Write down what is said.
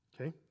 Okay